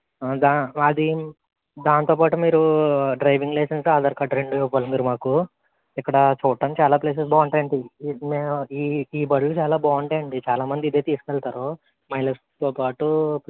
దా అది దాంతో పాటు మీరు డ్రైవింగ్ లైసెన్స్ ఆధార్ కార్డు రెండు ఇవ్వాలి మీరు మాకు ఇక్కడ చూడడానికి చాలా ప్లేసెస్ బాగుంటాయి అండి ఈ మె ఈ ఈ బళ్ళు చాలా బాగుంటాయండి చాలా మంది ఇవే తీసుకెళ్తారు మైలేజ్తో పాటు ప్లస్